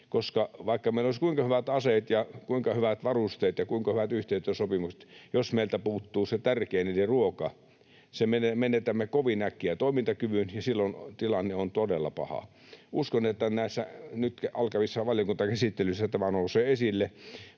vaikka meillä olisi kuinka hyvät aseet ja kuinka hyvät varusteet ja kuinka hyvät yhteistyösopimukset, niin jos meiltä puuttuu se tärkein, ruoka, menetämme kovin äkkiä toimintakyvyn, ja silloin tilanne on todella paha. Uskon, että näissä nyt alkavissa valiokuntakäsittelyissä tämä nousee esille,